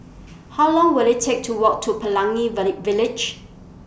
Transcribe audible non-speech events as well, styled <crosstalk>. How Long Will IT Take to Walk to Pelangi <unintelligible> Village